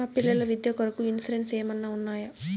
మా పిల్లల విద్య కొరకు ఇన్సూరెన్సు ఏమన్నా ఉన్నాయా?